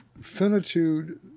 finitude